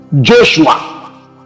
Joshua